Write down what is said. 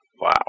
Wow